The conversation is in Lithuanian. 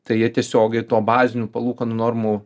tai jie tiesiogiai to bazinių palūkanų normų